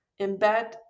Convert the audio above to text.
embed